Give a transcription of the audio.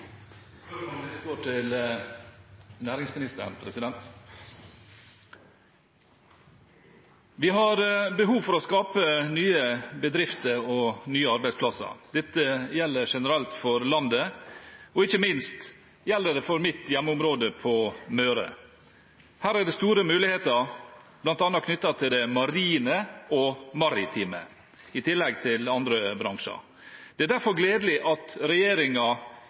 næringsministeren. Vi har behov for å skape nye bedrifter og nye arbeidsplasser. Dette gjelder generelt for landet, og ikke minst gjelder det for mitt hjemområde på Møre. Her er det store muligheter bl.a. knyttet til det marine og maritime, i tillegg til andre bransjer. Det er derfor gledelig at